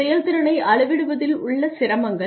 செயல்திறனை அளவிடுவதில் உள்ள சிரமங்கள்